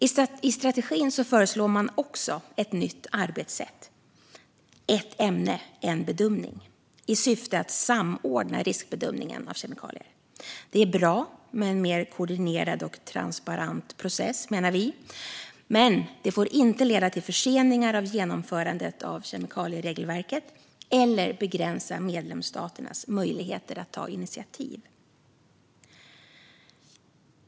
I strategin föreslås även ett nytt arbetssätt - "ett ämne, en bedömning" - i syfte att samordna riskbedömningen av kemikalier. Det är bra med en mer koordinerad och transparent process, menar vi, men det får inte leda till förseningar av genomförandet av kemikalieregelverket eller begränsa medlemsstaternas möjligheter att ta initiativ.